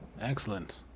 excellent